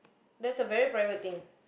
that's a very private thing